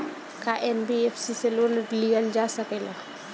का एन.बी.एफ.सी से लोन लियल जा सकेला?